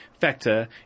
factor